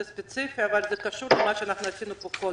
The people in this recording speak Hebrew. ספציפית אבל קשורים למה שעשינו פה קודם.